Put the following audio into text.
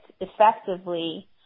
effectively